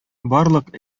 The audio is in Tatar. барлык